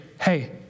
hey